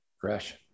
Fresh